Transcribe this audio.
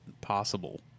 possible